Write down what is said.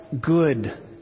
good